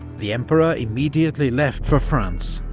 the emperor immediately left for france,